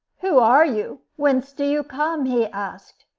who are you? whence do you come? he asked,